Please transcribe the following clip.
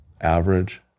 average